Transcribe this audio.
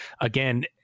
again